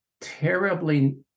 terribly